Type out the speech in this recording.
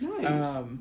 Nice